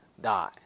die